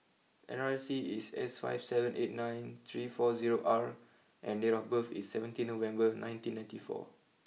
N R I C is S five seven eight nine three four zero R and date of birth is seventeen November nineteen ninety four